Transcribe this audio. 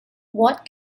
what